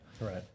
Right